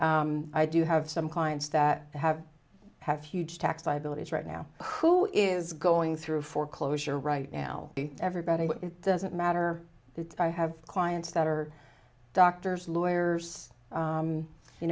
curd i do have some clients that have have huge tax liabilities right now who is going through foreclosure right now everybody but it doesn't matter that i have clients that are doctors lawyers